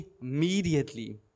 Immediately